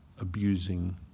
abusing